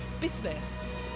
business